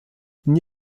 n’y